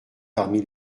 parmi